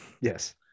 Yes